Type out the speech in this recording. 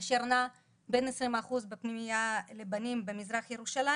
אשר נע בין 20% בפנימייה לבנים במזרח ירושלים